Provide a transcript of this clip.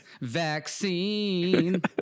vaccine